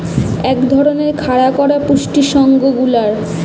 এক ধরণের খাড়া করা পুঁজি সংস্থা গুলার